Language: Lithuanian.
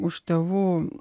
už tėvų